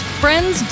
friends